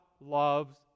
loves